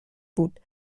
بود